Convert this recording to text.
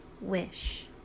wish